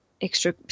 extra